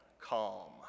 calm